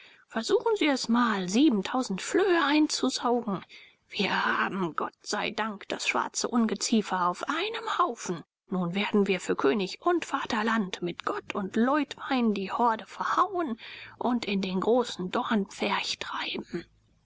versuchen sie es mal siebentausend flöhe einzusaugen wir haben gott sei dank das schwarze ungeziefer auf einem haufen nun werden wir für könig und vaterland mit gott und leutwein die horde verhauen und in den großen dornpferch treiben